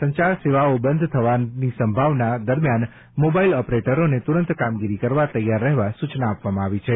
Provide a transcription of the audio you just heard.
સંચાર સેવાઓ બંધ થવાની સંભાવના દરમિયાન મોબાઇલ ઓપરેટરોને તુરંત કામગીરી કરવા તૈયાર રહેવા સૂચના આપવામાં આવી છે